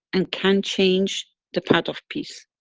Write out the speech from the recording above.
and can change the path of peace.